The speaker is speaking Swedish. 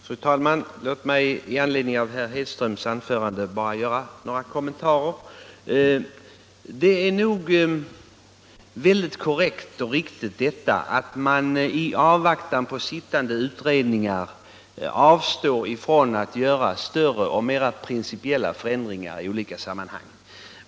Fru talman! Låt mig med anledning av herr Hedströms anförande göra några kommentarer. Det är nog väldigt korrekt och riktigt att man i avvaktan på sittande utredningar avstår från att göra större och mer principiella förändringar i olika avseenden.